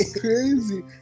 crazy